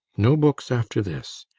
no books after this.